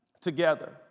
together